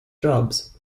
jobs